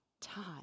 time